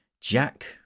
Jack